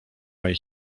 mej